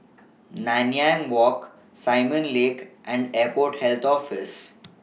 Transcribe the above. Nanyang Walk Simon Lake and Airport Health Office